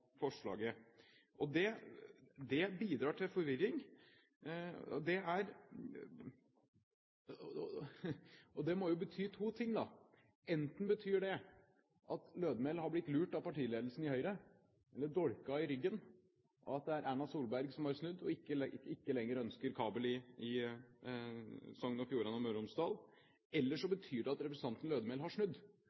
forslaget. Det bidrar til forvirring, og det må bety en av to ting. Enten betyr det at representanten Lødemel har blitt lurt av partiledelsen i Høyre – han er blitt dolket i ryggen, og at det er Erna Solberg som har snudd og ikke lenger ønsker kabel i Sogn og Fjordane og Møre og Romsdal – eller så betyr det at representanten Lødemel har snudd.